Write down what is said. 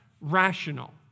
rational